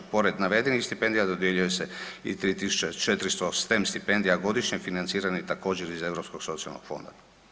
Pored navedenih stipendija dodjeljuje se i 3.400 STEM stipendija godišnje financiranih također iz Europskog socijalnog fonda.